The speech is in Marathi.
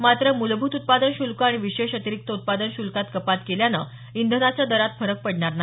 मात्र मूलभूत उत्पादन श्ल्क आणि विशेष अतिरीक्त उत्पादन शुल्कात कपात केल्याने इंधनाच्या दरात फरक पडणार नाही